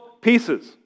pieces